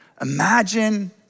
Imagine